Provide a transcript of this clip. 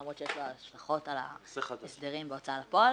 למרות שיש לו השלכות על ההסדרים בהוצאה לפועל.